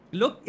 Look